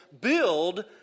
build